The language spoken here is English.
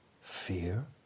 Fear